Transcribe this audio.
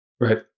Right